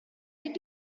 did